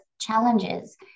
challenges